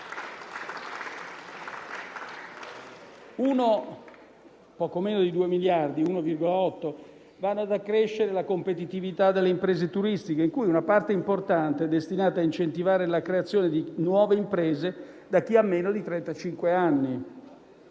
Poco meno di 2 miliardi di euro (1,8 miliardi) vanno ad accrescere la competitività delle imprese turistiche, di cui una parte importante è destinata ad incentivare la creazione di nuove imprese per chi ha meno di